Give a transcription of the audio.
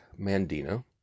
Mandino